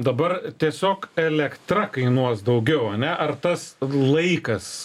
dabar tiesiog elektra kainuos daugiau ane ar tas laikas